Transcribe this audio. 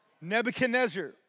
Nebuchadnezzar